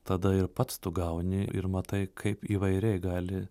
tada ir pats tu gauni ir matai kaip įvairiai gali